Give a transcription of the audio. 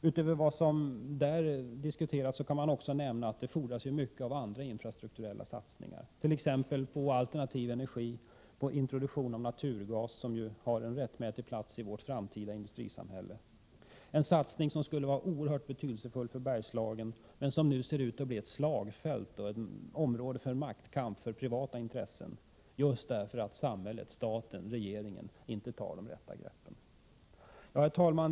Utöver vad som där diskuteras kan man också nämna att det fordras mycket av andra infrastrukturella satsningar, t.ex. på alternativ energi, på introduktion av naturgas, som ju har en rättmätig plats i vårt framtida industrisamhälle. Det är en satsning som skulle vara oerhört betydelsefull för Bergslagen, som nu ser ut att bli ett slagfält, ett område för maktkamp mellan privata intressen, just därför att samhället — staten, regeringen — inte tar de rätta greppen. Herr talman!